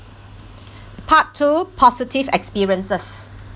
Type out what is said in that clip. part two positive experiences